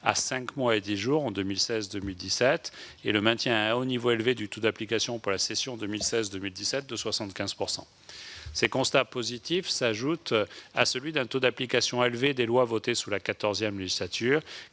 à cinq mois et dix jours en 2016-2017, et le maintien à un niveau élevé du taux d'application pour la session 2016-2017, à 75 %. Ces constats positifs s'ajoutent à celui d'un taux d'application élevé des lois votées sous la XIV législature,